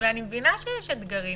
מבינה שיש אתגרים.